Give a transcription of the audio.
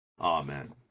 Amen